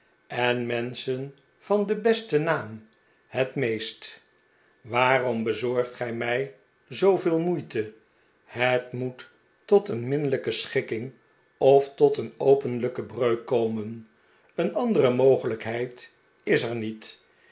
en menschen van den besten naam het meest waarom bezorgt gij mij zooveel moeite het moet tot een minnelijke schikking of tot een openlijke breuk komen een andere mogelijkheid is er niet